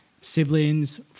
siblings